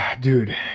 Dude